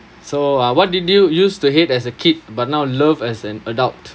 so uh what did you use to hate as a kid but now love as an adult